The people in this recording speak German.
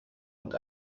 und